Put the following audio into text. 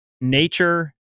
nature